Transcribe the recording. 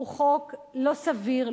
הוא חוק לא סביר,